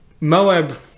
Moab